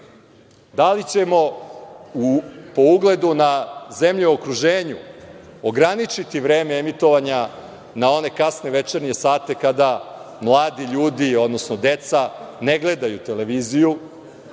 Da li ćemo po ugledu na zemlje u okruženju ograničiti vreme emitovanja na one kasne večernje sate kada mladi ljudi, odnosno deca ne gledaju televiziju